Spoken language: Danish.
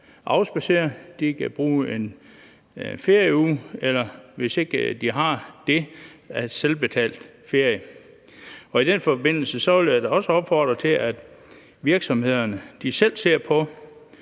afspadserer, bruger en ferieuge – og hvis ikke de har det, kan de afholde selvbetalt ferie. Og i den forbindelse vil jeg da også opfordre til, at virksomhederne selv ser på,